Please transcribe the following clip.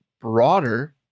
broader